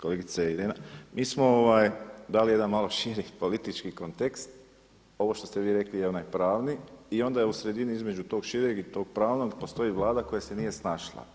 Kolegice Irena, mi smo dali jedan malo širi politički kontekst, ovo što ste vi rekli je onaj pravi i onda je u sredini između tog šireg i tog pravnog postoji vlada koja se nije snašla.